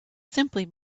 simply